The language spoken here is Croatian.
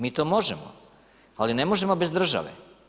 Mi to možemo, ali ne možemo bez države.